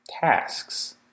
tasks